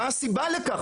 מה הסיבה לכך.